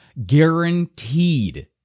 guaranteed